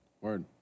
Word